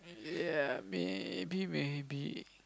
ya maybe maybe